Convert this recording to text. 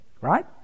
Right